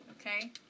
Okay